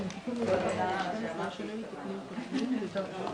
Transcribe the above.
הישיבה נעולה.